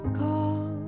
call